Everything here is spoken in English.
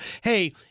hey—